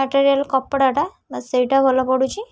material କପଡ଼ାଟା ସେଇଟା ଭଲ ପଡ଼ୁଛି